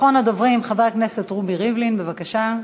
אחרון הדוברים, חבר הכנסת ראובן ריבלין, בבקשה.